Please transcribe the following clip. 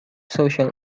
social